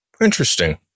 Interesting